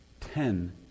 ten